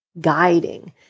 guiding